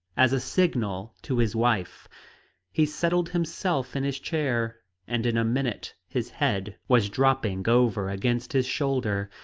as a signal to his wife he settled himself in his chair and in a minute his head was dropping over against his shoulder.